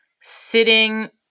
sitting